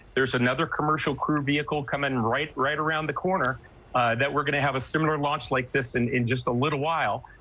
there's another commercial crew vehicle come in right right around the corner that we're going to have a similar launch like this in in just a little while,